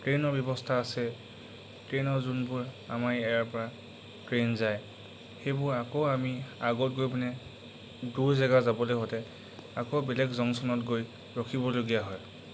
ট্ৰেইনৰ ব্যৱস্থা আছে ট্ৰেইনৰ যোনবোৰ আমাৰ ইয়াৰপৰা ট্ৰেইন যায় সেইবোৰ আকৌ আমি আগত গৈ পিনে দূৰ জেগা যাবলৈ সৈতে আকৌ বেলেগ জংচনত গৈ ৰখিবলগীয়া হয়